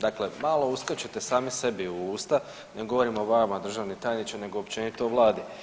Dakle, malo uskačete sami sebi u usta, ne govorim o vama državni tajniče nego općenito o vladi.